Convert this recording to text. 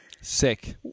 sick